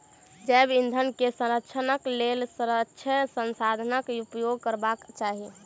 जैव ईंधन के संरक्षणक लेल अक्षय संसाधनाक उपयोग करबाक चाही